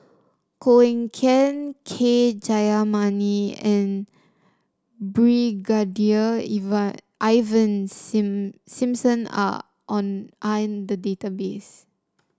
Koh Eng Kian K Jayamani and Brigadier Ivan Sing Simson are on are in the database